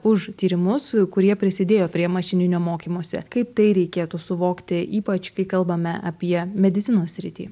už tyrimus kurie prisidėjo prie mašininio mokymosi kaip tai reikėtų suvokti ypač kai kalbame apie medicinos sritį